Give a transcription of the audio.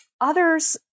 others